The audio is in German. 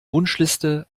wunschliste